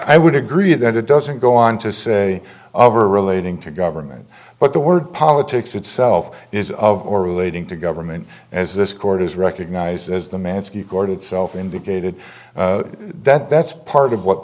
i would agree that it doesn't go on to say over relating to government but the word politics itself is of or relating to government as this court has recognized as the man gordon itself indicated that that's part of what